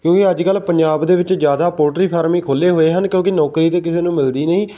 ਕਿਉਂਕਿ ਅੱਜ ਕੱਲ੍ਹ ਪੰਜਾਬ ਦੇ ਵਿੱਚ ਜ਼ਿਆਦਾ ਪੋਲਟਰੀ ਫਾਰਮ ਹੀ ਖੋਲ੍ਹੇ ਹੋਏ ਹਨ ਕਿਉਂਕਿ ਨੌਕਰੀ ਤਾਂ ਕਿਸੇ ਨੂੰ ਮਿਲਦੀ ਨਹੀਂ